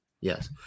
yes